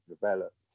developed